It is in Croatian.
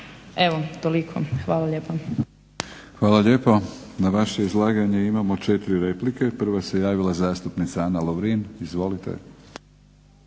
Milorad (HNS)** Hvala lijepo. Na vaše izlaganje imamo 4 replike. Prva se javila zastupnica Ana Lovrin. Izvolite.